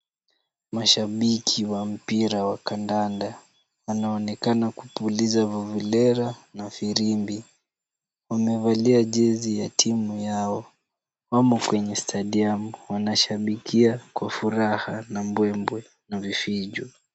Mashabiki wa mpira wa kandanda wanaonekana kupuliza vuvuzela na firimbi. Wamevalia jezi ya timu yao. Wamo kwenye stadium , wanashabikia kwa furaha na mbwembwe na vifijo.